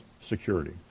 security